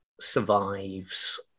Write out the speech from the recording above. survives